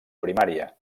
primària